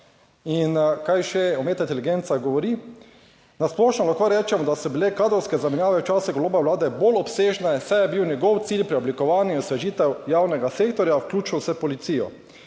In kaj še umetna inteligenca govori? Na splošno lahko rečem, da so bile kadrovske zamenjave v času Goloba Vlade bolj obsežne, saj je bil njegov cilj preoblikovanje, osvežitev javnega sektorja, vključno s policijo,